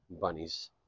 bunnies